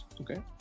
Okay